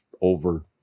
over